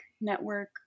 network